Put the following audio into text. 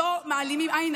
אנחנו לא מעלימים עין.